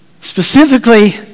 specifically